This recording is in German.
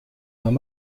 man